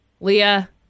Leah